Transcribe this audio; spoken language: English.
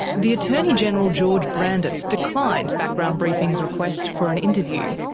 the attorney-general george brandis declined background briefing's request for an interview.